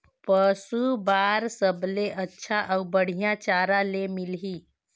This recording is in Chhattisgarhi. पशु बार सबले अच्छा अउ बढ़िया चारा ले मिलही?